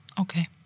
Okay